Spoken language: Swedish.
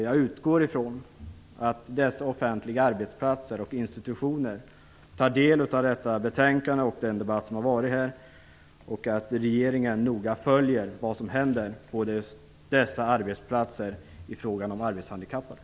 Jag utgår från att dessa offentliga arbetsplatser och institutioner tar del av detta betänkande och av den debatt som varit här liksom att regeringen noga följer vad som händer på nämnda arbetsplatser när det gäller arbetshandikappade.